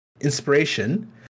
inspiration